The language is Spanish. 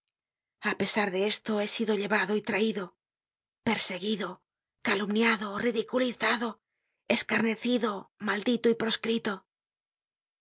a pesar de esto he sido llevado y traido perseguido calumniado ridiculizado escarnecido maldito y proscripto